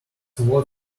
what